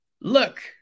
look